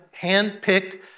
handpicked